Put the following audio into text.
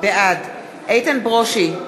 בעד איתן ברושי,